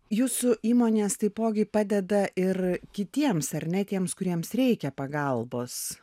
jūsų įmonės taipogi padeda ir kitiems ar ne tiems kuriems reikia pagalbos